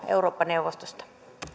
eurooppa neuvostosta